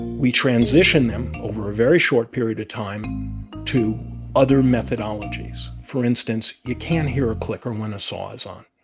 we transition them over a very short period of time to other methodologies. for instance, you can't hear a clicker when a saw is on,